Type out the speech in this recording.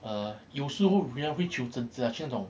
err 有时候人会要求真字去那种